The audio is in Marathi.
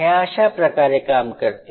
हे अशा प्रकारे काम करते